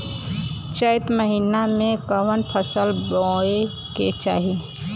चैत महीना में कवन फशल बोए के चाही?